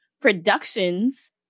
productions